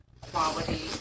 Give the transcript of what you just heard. quality